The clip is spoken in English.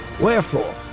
Wherefore